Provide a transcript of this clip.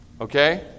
Okay